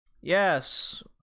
Yes